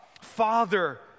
Father